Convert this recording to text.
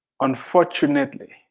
Unfortunately